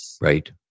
Right